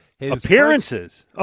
appearances